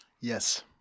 yes